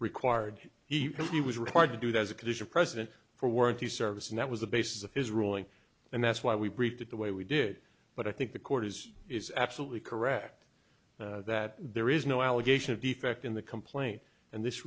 required he was required to do that as a condition precedent for warranty service and that was the basis of his ruling and that's why we did the way we did but i think the court is is absolutely correct that there is no allegation of defect in the complaint and this